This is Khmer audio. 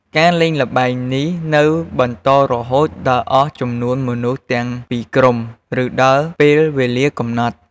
ការលេងល្បែងនេះនៅបន្តរហូតដល់អស់ចំនួនមនុស្សទាំងពីរក្រុម ឬដល់ពេលវេលាកំណត់។